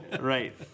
Right